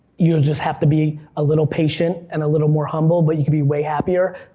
you'll just have to be a little patient, and a little more humble, but you could be way happier,